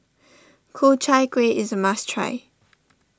Ku Chai Kueh is a must try